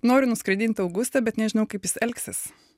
noriu nuskraidint augustą bet nežinau kaip jis elgsis